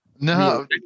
No